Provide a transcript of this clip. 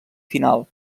final